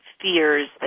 fears